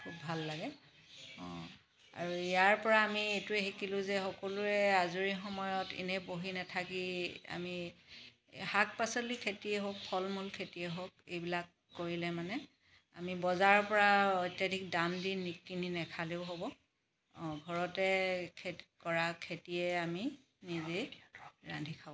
খুব ভাল লাগে আৰু ইয়াৰ পৰা আমি এইটোৱে শিকিলো যে সকলোৱে আজৰি সময়ত এনে বহি নাথাকি আমি শাক পাচলি খেতিয়ে হওক ফল মূল খেতিয়ে হওক এইবিলাক কৰিলে মানে আমি বজাৰৰ পৰাও অত্যাধিক দাম দি কিনি নাখালেও হ'ব ঘৰতে খে কৰা খেতিয়েই আমি নিজে ৰান্ধি খাম